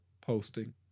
posting